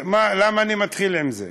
למה אני מתחיל עם זה?